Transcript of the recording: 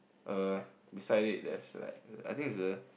err beside it that's like I think it's a